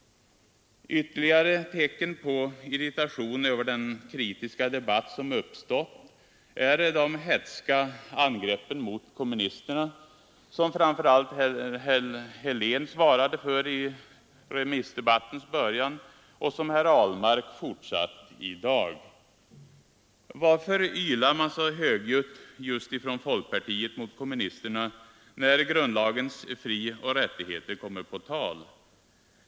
Ytterligare tecken på irritationen över den kritiska debatt som uppstått är de hätska angreppen mot kommunisterna som framför allt herr Helén svarade för i remissdebattens början och som herr Ahlmark fortsatt i dag. Varför ylar man så högljutt just från folkpartiet mot kommunisterna när grundlagens frioch rättigheter kommer på tal?